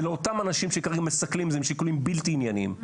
זה לאותם אנשים שכרגע מסכלים את זה משיקולים בלתי ענייניים,